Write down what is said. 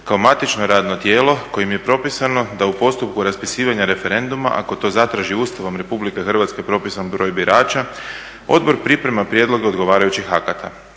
kao matično radno tijelo kojim je propisano da u postupku raspisivanja referenduma ako to zatraži Ustavom RH propisan broj birača odbor priprema prijedloge odgovarajućih akata.